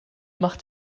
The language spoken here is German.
macht